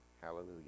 hallelujah